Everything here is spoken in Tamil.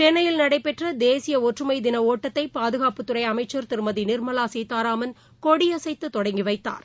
சென்னையில் நடைபெற்றதேசியஒற்றுமைதினஒட்டத்தைபாதுகாப்புத்துறைஅமைச்சர் திருமதிநிர்மலாசீதாராமன் கொடியசைத்துதொடங்கிவைத்தார்